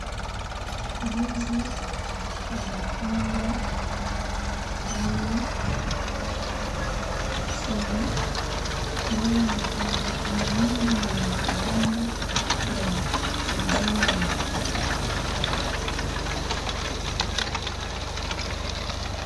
Ndizi zimepangwa pale chini. Ambazo ni mingi na ni za rangi ya kijani.